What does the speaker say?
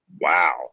Wow